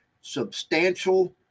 Substantial